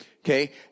Okay